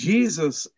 Jesus